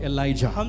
Elijah